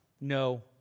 no